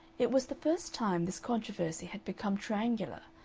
it was the first time this controversy had become triangular,